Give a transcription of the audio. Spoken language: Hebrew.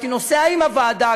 הייתי נוסע עם הוועדה,